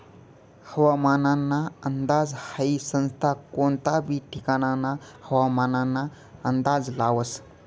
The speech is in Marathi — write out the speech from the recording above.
हवामानना अंदाज हाई संस्था कोनता बी ठिकानना हवामानना अंदाज लावस